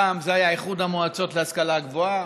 פעם זה היה איחוד המועצות להשכלה גבוהה,